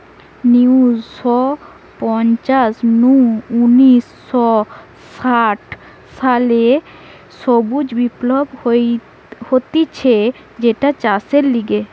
উনিশ শ পঞ্চাশ নু উনিশ শ ষাট সালে সবুজ বিপ্লব হতিছে যেটা চাষের লিগে